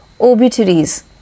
obituaries